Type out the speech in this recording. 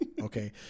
Okay